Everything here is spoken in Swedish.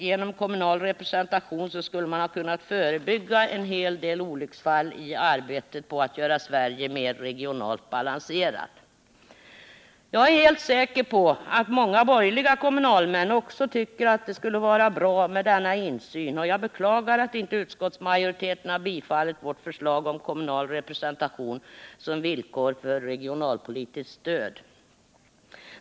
Genom kommunal representation skulle man ha kunnat förebygga en hel del olycksfall i arbetet på att göra Sverige mer regionalt balanserat. Jag är helt säker på att också många borgerliga kommunalmän tycker att det skulle vara bra med denna insyn, och jag beklagar att inte utskottsmajoriteten har bifallit vårt förslag om kommunal representation som villkor för regionalpolitiskt stöd.